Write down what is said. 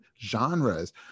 genres